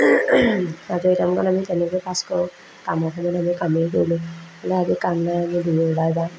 আজৰি টাইমকণ আমি তেনেকৈ পাছ কৰোঁ কামৰ কাৰণে হ'লেও কামেই কৰিলোঁ বোলে আজি কাম নাই আমি দুয়ো ওলাই যাওঁ